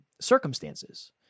circumstances